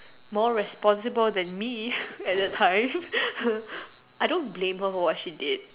more responsible than me at that time I don't blame her for what she did